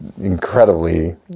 incredibly